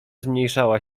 zmniejszała